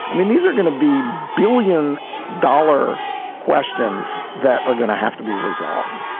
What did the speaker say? i mean, these are going to be billion dollar questions that are going to have to be resolved